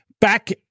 back